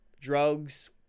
drugs